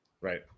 Right